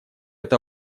это